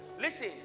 Listen